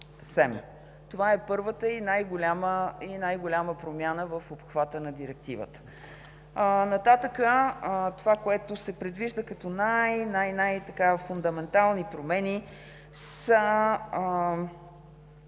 Това е първата и най-голяма промяна в обхвата на Директивата. Нататък това, което се предвижда като най-фундаментални промени,